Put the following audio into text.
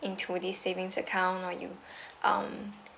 into this savings account or you um